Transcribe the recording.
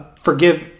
forgive